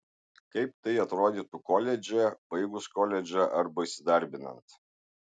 kaip tai atrodytų koledže baigus koledžą arba įsidarbinant